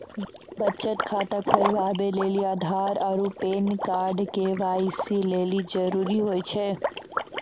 बचत खाता खोलबाबै लेली आधार आरू पैन कार्ड के.वाइ.सी लेली जरूरी होय छै